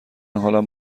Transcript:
حالم